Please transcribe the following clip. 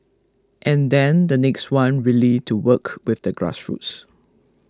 and then the next one really to work with the grassroots